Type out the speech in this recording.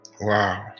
wow